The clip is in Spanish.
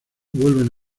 vuelven